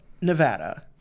nevada